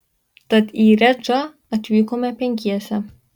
tad į redžą atvykome penkiese